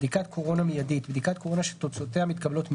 "בדיקת קורונה מיידית" בדיקת קורונה שתוצאותיה מתקבלות מיד,